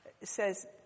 says